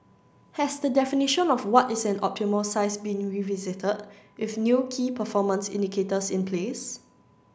has the definition of what is an optimal size been revisited with new key performance indicators in place